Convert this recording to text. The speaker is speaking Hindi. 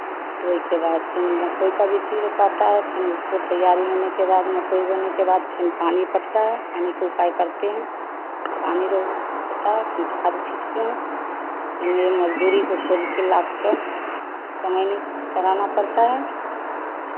ओई के बाद फिर मकई का बिची रोपाता है फिर उसको तैयारी होने के बाद मकई होने के बाद फिर पटता है पानी को उपाय करते हैं पानी रो होता है फिर खाद छिटते हैं फिन यह मज़दूरी को खोज कर लाकर कमैनी कराना पड़ता है